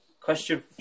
Question